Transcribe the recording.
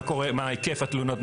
מה היקף התלונות,